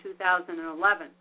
2011